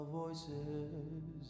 voices